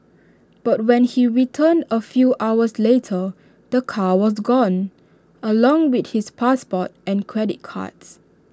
but when he returned A few hours later the car was gone along with his passport and credit cards